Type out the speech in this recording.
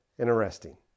Interesting